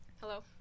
Hello